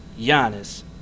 Giannis